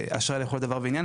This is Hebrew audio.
זה אשראי לכל דבר ועניין,